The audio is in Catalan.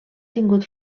tingut